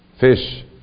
fish